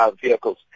vehicles